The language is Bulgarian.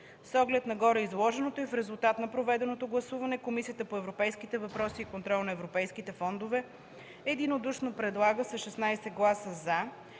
С оглед на гореизложеното и в резултат на проведеното гласуване Комисията по европейските въпроси и контрол на европейските фондове единодушно, с 16 гласа